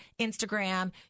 Instagram